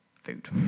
food